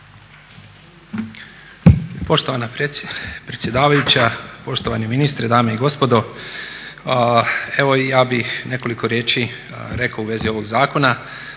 Poštovana predsjedavajuća, poštovani ministre, dame i gospodo. Evo ja bih nekoliko riječi rekao u vezi ovog zakona.